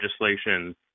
legislation